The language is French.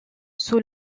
sous